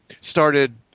started